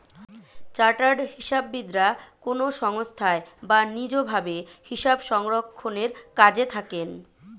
chartered হিসাববিদরা কোনো সংস্থায় বা নিজ ভাবে হিসাবরক্ষণের কাজে থাকেন